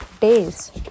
days